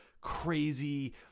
crazy